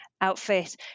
outfit